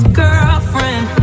girlfriend